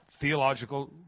theological